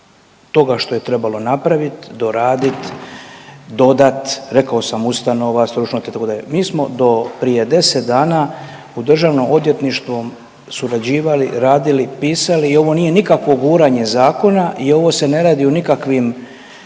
toga što je trebalo napravit, doradit, dodat, rekao sam ustanova…/Govornik se ne razumije/…itd.. Mi smo do prije 10 dana u Državnom odvjetništvom surađivali, radili, pisali i ovo nije nikakvo guranje zakona i ovo se ne radi o nikakvim